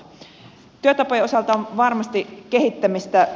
työtapojen osalta on varmasti kehittämistä